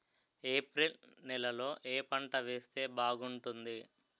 April నెలలో ఏ పంట వేస్తే బాగుంటుంది?